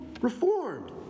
Reformed